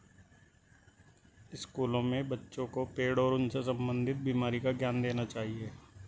स्कूलों में बच्चों को पेड़ और उनसे संबंधित बीमारी का ज्ञान देना चाहिए